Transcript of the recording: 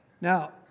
Now